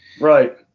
Right